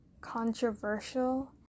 controversial